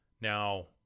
Now